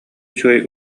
үчүгэй